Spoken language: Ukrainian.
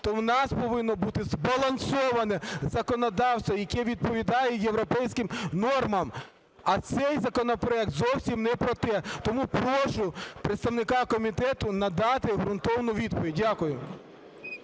то у нас повинно бути збалансоване законодавство, яке відповідає європейським нормам. А цей законопроект зовсім не про те. Тому прошу представника комітету надати ґрунтовну відповідь. Дякую.